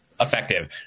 effective